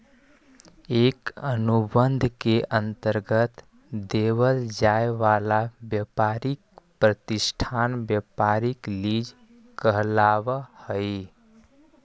एक अनुबंध के अंतर्गत देवल जाए वाला व्यापारी प्रतिष्ठान व्यापारिक लीज कहलाव हई